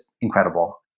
incredible